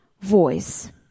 voice